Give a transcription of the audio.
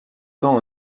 temps